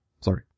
Sorry